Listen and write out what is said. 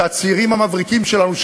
שהצעירים המבריקים שלנו,